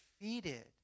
defeated